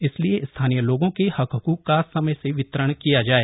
इसलिए स्थानीय लोगों के हक हक्क का समय से वितरण किया जाए